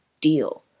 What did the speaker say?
deal